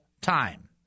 time